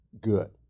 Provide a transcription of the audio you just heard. good